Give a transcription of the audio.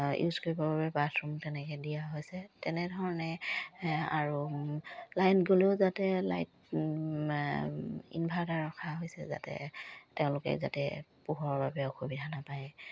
use কৰিবৰ বাবে bathroom তেনেকে দিয়া হৈছে তেনেধৰণে আৰু লাইট গ'লেও যাতে লাইট ইনভাৰ্টাৰ ৰখা হৈছে যাতে তেওঁলোকে যাতে পোহৰৰ বাবে অসুবিধা নাপায়